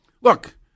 Look